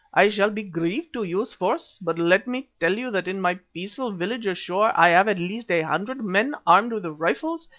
i shall be grieved to use force, but let me tell you that in my peaceful village ashore i have at least a hundred men armed with rifles,